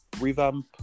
revamp